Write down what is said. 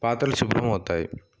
పాత్రలు శుభ్రం అవుతాయి